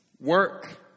work